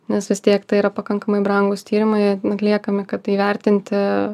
nes vis tiek tai yra pakankamai brangūs tyrimai atliekami kad įvertinti